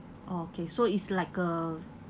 oh okay so it's like a